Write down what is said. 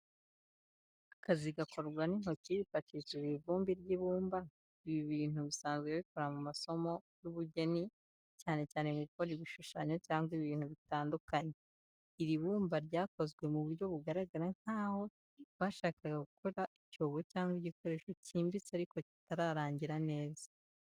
Akazi gakorwa n’intoki hifashishijwe ivumbi ry’ibumba, ibi n'ibintu bisanzwe bikorwa mu masomo y’ubugeni, cyane cyane mu gukora ibishushanyo cyangwa ibintu bitandukanye. Iri bumba ryakozwe mu buryo bugaragara nk’aho bashakaga gukora icyobo cyangwa igikoresho cyimbitse ariko kitararangira neza.